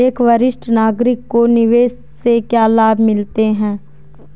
एक वरिष्ठ नागरिक को निवेश से क्या लाभ मिलते हैं?